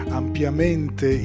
ampiamente